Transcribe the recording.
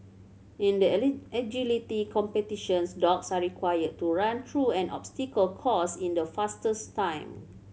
in the agility competitions dogs are required to run through an obstacle course in the fastest time